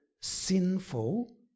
sinful